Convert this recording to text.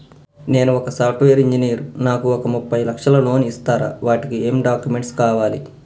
నేను ఒక software engineer నాకు ఒక ముప్పై లక్షల లోన్ ఇస్తరా? వాటికి ఏం డాక్యుమెంట్స్ కావాలి?